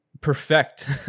perfect